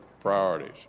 priorities